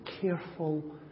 careful